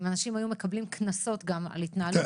אם אנשים היו מקבלים קנסות גם על התנהלות